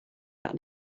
that